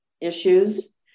issues